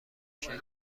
شرکت